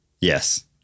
Yes